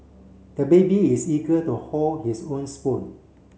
the baby is eager to hold his own spoon